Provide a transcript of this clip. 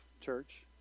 church